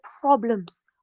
problems